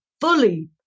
fully